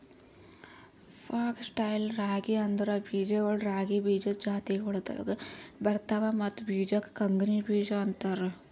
fox tail ರಾಗಿ ಅಂದುರ್ ಬೀಜಗೊಳ್ ರಾಗಿ ಬೀಜದ್ ಜಾತಿಗೊಳ್ದಾಗ್ ಬರ್ತವ್ ಮತ್ತ ಬೀಜಕ್ ಕಂಗ್ನಿ ಬೀಜ ಅಂತಾರ್